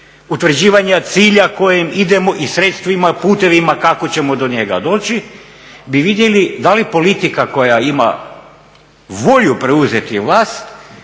utvrđivanja cilja kojim idemo i sredstvima putevima kako ćemo do njega doći bi vidjeli da li politika koja ima volju preuzeti vlast